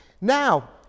Now